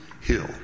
hill